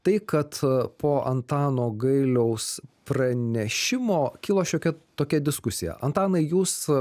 tai kad po antano gailiaus pranešimo kilo šiokia tokia diskusija antanai jūs